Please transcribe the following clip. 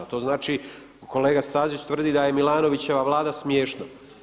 To znači kolega Stazić tvrdi da je Milanovićeva Vlada smiješna.